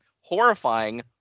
horrifying